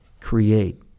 create